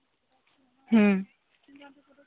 ᱦᱮᱸ